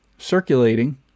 circulating